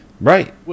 Right